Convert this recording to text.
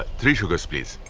three sugars please.